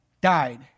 died